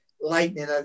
Lightning